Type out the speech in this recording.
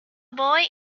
boy